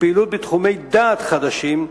ופעילות בתחומי דעת חדשים.